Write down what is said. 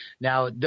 Now